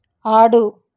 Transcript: ఆడు